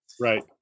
Right